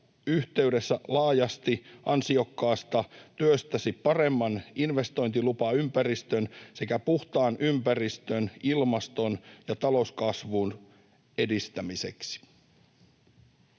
laajasti ansiokkaasta työstäsi paremman investointilupaympäristön sekä puhtaan ympäristön, ilmaston ja talouskasvun edistämiseksi.